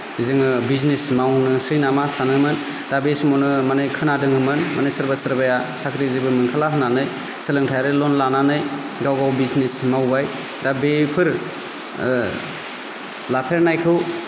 जोङो बिजनेस मावनोसै नामा सानोमोन दा बे समावनो माने खोनादोंमोन माने सोरबा सोरबाया साख्रि जेबो मोनखाला होननानै सोलोंथाइयारि लन लानानै गाव गाव बिजनेस मावबाय दा बेफोर लाफेरनायखौ